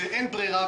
ואין ברירה.